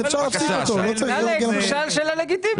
אלכס, הוא שאל שאלה לגיטימית.